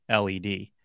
led